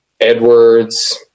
Edwards